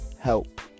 help